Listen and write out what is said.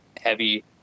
heavy